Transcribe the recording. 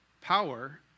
power